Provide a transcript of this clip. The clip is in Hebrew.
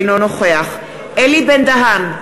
אינו נוכח אלי בן-דהן,